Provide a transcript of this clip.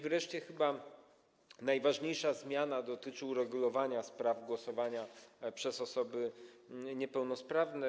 Wreszcie chyba najważniejsza zmiana dotyczy uregulowania kwestii głosowania przez osoby niepełnosprawne.